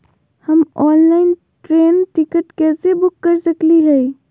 हम online train ticket कैसे book कर सकली हई?